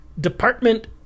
department